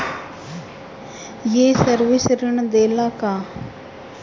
ये सर्विस ऋण देला का?